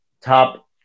top